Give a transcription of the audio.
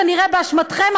כנראה באשמתכם,